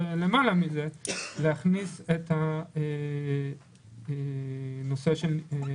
ולמעלה מזה, להכניס את נושא הניטור הרציף.